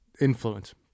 influence